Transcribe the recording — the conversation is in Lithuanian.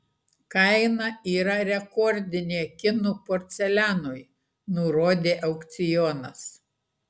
kaina yra rekordinė kinų porcelianui nurodė aukcionas